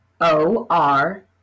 O-R